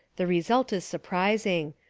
the result is surprising.